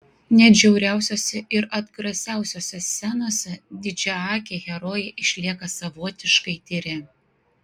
net žiauriausiose ir atgrasiausiose scenose didžiaakiai herojai išlieka savotiškai tyri